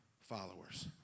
followers